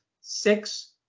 six